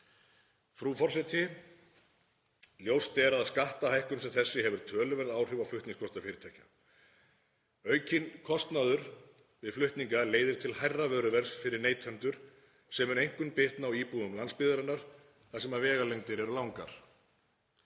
Frú forseti. Ljóst er að skattahækkun sem þessi hefur töluverð áhrif á flutningskostnað fyrirtækja. Aukinn kostnaður við flutninga leiðir til hærra vöruverðs fyrir neytendur sem mun einkum bitna á íbúum landsbyggðarinnar þar sem vegalengdir eru langar.